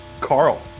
Carl